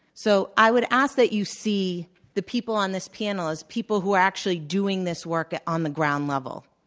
so i would ask that you see the people on this panel as people who are actually doing this work ah on the ground level